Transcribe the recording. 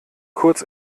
kurz